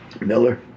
Miller